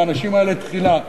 והאנשים האלה תחילה.